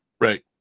Right